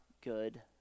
good